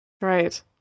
Right